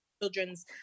children's